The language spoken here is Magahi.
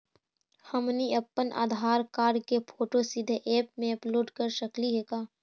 हमनी अप्पन आधार कार्ड के फोटो सीधे ऐप में अपलोड कर सकली हे का?